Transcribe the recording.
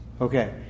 Okay